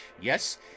yes